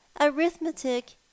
arithmetic